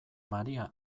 maria